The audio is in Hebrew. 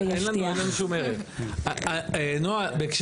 כמו שרועי הבטיח.